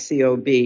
COB